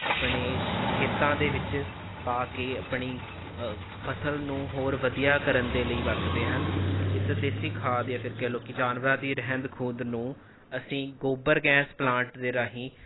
ਆਪਣੇ ਖੇਤਾਂ ਦੇ ਵਿੱਚ ਪਾ ਕੇ ਆਪਣੀ ਫਸਲ ਨੂੰ ਹੋਰ ਵਧੀਆ ਕਰਨ ਦੇ ਲਈ ਵਰਤਦੇ ਹਨ ਇਸ ਦੇਸੀ ਖਾਦ ਜਾਂ ਫਿਰ ਕਹਿ ਲਉ ਕਿ ਜਾਨਵਰਾਂ ਦੀ ਰਹਿੰਦ ਖੂੰਹਦ ਨੂੰ ਅਸੀਂ ਗੋਬਰ ਗੈਸ ਪਲਾਂਟ ਦੇ ਰਾਹੀਂ